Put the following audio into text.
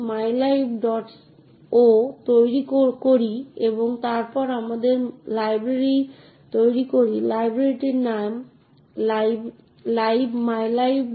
তাই যে নীতিগুলি দিয়ে হার্ডওয়্যার অ্যাক্সেস নিয়ন্ত্রণ তৈরি করা হয় তা হল প্রথমে হার্ডওয়্যারটি নিশ্চিত করবে যে অপারেটিং সিস্টেমটি অ্যাপ্লিকেশনগুলি থেকে সুরক্ষিত রয়েছে